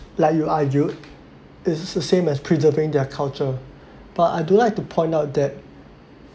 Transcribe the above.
like you argued is the same as preserving their culture but I do like to point out that